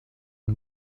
une